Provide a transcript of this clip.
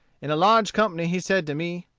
in a large company he said to me,